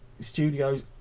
Studios